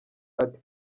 ati